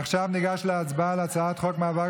עכשיו ניגש להצבעה על הצעת חוק מאבק